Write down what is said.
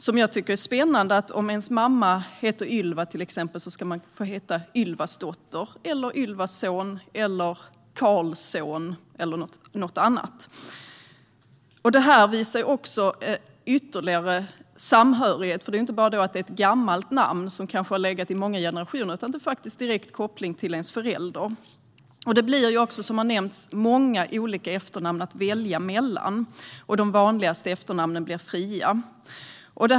Jag tycker att det är spännande att om ens mamma heter till exempel Ylva ska man få heta Ylvasdotter, Ylvasson, Karlsson eller något annat. Detta visar ytterligare samhörighet. Det handlar inte bara om att det är ett gammalt namn som kanske har funnits i många generationer utan att det faktiskt har en direkt koppling till ens förälder. Som har nämnts här blir det många olika efternamn att välja mellan, och de vanligaste efternamnen blir fria.